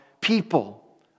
people